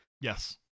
yes